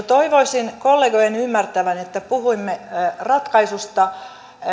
toivoisin kollegojen ymmärtävän että puhumme ratkaisusta